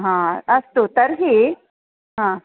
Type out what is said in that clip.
हा अस्तु तर्हि हा